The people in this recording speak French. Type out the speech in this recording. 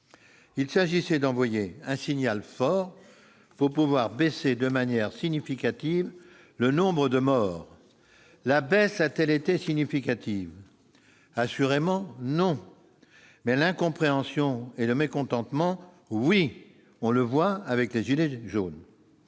Il s'agissait d'envoyer un signal fort pour que baisse de manière significative le nombre de morts. La baisse a-t-elle été significative ? Assurément non, mais l'incompréhension et le mécontentement, oui ! On le voit avec les « gilets jaunes